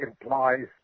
implies